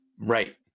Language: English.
Right